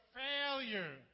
failure